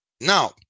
Now